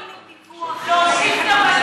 להוסיף גם,